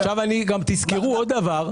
תזכרו עוד דבר.